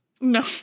No